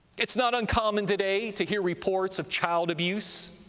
it's not uncommon today to hear reports of child abuse